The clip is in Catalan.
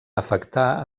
afectar